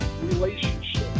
relationship